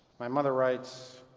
my mother writes